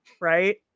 right